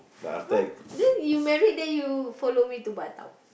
!huh! then you married then you follow me to Batam